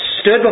stood